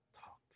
talk